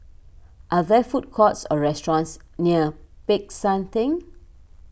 are there food courts or restaurants near Peck San theng